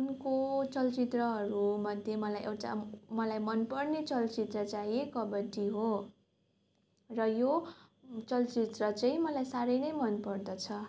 उनको चलचित्रहरूमध्ये मलाई एउटा मलाई मनपर्ने चलचित्र चाहिँ कबड्डी हो र यो चलचित्र चाहिँ मलाई साह्रै नै मनपर्दछ